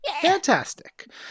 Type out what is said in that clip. Fantastic